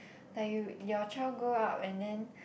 like you your child grow up and then